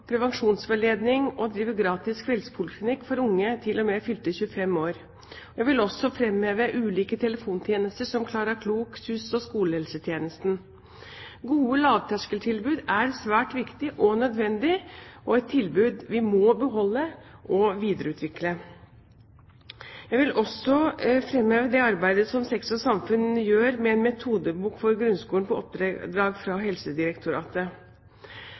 prevensjonsveiledning og driver gratis kveldspoliklinikk for unge til og med fylte 25 år. Jeg vil også framheve ulike telefontjenester som Klara Klok, SUSS og skolehelsetjenesten. Gode lavterskeltilbud er svært viktig og nødvendig, et tilbud vi må beholde og videreutvikle. Jeg vil også framheve det arbeidet som Sex og samfunn gjør med en metodebok for grunnskolen på oppdrag av Helsedirektoratet.